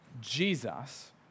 Jesus